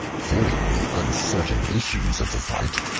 fearing the uncertain issues of the fight,